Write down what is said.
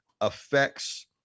affects